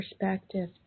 perspective